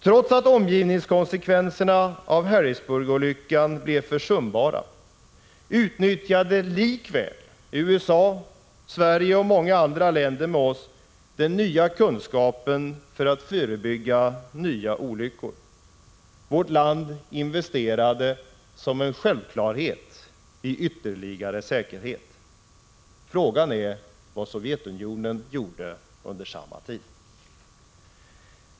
Trots att omgivningskonsekvenserna av Harrisburgolyckan blev försumbara utnyttjade likväl USA, Sverige och många andra länder med oss den nya kunskapen till att förebygga nya olyckor. Vårt land investerade som en självklarhet i ytterligare säkerhet. Frågan är vad Sovjetunionen gjorde under samma tid.